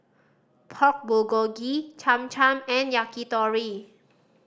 Pork Bulgogi Cham Cham and Yakitori